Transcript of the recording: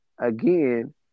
Again